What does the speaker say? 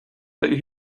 that